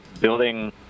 building